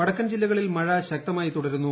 വടക്കൻ ജില്ലകളിൽ മഴ ശക്തമായി തുടരുന്നു